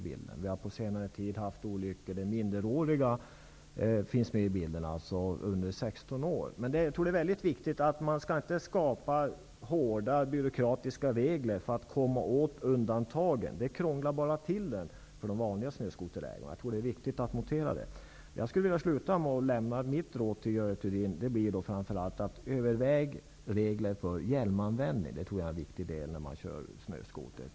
Vi har på senare tid haft olyckor där mineråriga, alltså personer under 16 år, varit inblandade. Men det är mycket viktigt att man inte skapar hårda byråkratiska regler för att komma åt undantagen. Det krånglar bara till det för de vanliga snöskoterägarna. Det är viktigt att notera. Mitt råd till Görel Thurdin blir framför allt att överväga reglerna för hjälmanvändning. Det tror jag är mycket viktigt när man kör snöskoter.